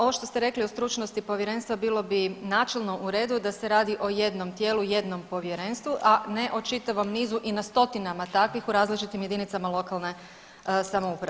Ovo što ste rekli o stručnosti povjerenstva bilo bi načelno u redu da se radi o jednom tijelu, jednom povjerenstvu, a ne o čitavom nizu i na stotinama takvih u različitim JLS.